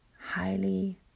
highly